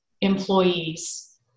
employees